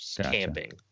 camping